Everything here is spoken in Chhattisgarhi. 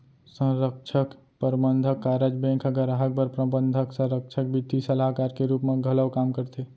संरक्छक, परबंधक, कारज बेंक ह गराहक बर प्रबंधक, संरक्छक, बित्तीय सलाहकार के रूप म घलौ काम करथे